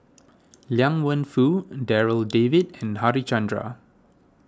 Liang Wenfu Darryl David and Harichandra